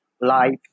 life